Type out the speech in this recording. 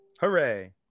Hooray